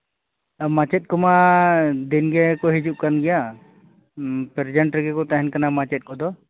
ᱢᱟᱪᱮᱫ ᱠᱚᱢᱟ ᱫᱤᱱᱜᱮ ᱠᱚ ᱦᱤᱡᱩᱜ ᱠᱟᱱ ᱜᱮᱭᱟ ᱯᱨᱮᱡᱮᱱᱴ ᱨᱮᱜᱮ ᱠᱚ ᱠᱟᱱᱟ ᱢᱮᱪᱮᱫ ᱠᱚ ᱫᱚ